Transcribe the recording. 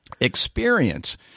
experience